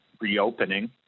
reopening